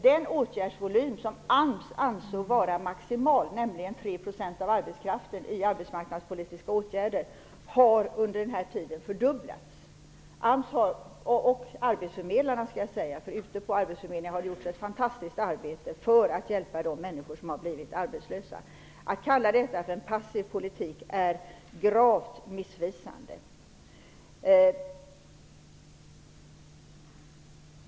Den åtgärdsvolym som AMS ansåg vara maximal, dvs. 3 % av arbetskraften i arbetsmarknadspolitiska åtgärder, har under den här tiden fördubblats. Arbetsförmedlarna har gjort ett fantastiskt arbete för att hjälpa de människor som har blivit arbetslösa. Att kalla detta för passiv politik är gravt missvisande.